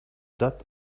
that